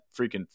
freaking